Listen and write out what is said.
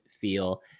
feel